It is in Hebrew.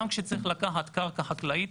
גם כשצריך לקחת קרקע חקלאית,